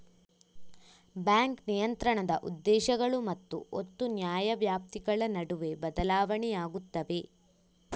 bank ನಿಯಂತ್ರಣದ ಉದ್ದೇಶಗಳು ಮತ್ತು ಒತ್ತು ನ್ಯಾಯವ್ಯಾಪ್ತಿಗಳ ನಡುವೆ ಬದಲಾಗುತ್ತವೆ